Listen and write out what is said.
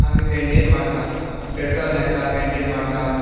आमी बेंन्डेज मारतात डेटॉल लायतात बेंन्डेज मारतात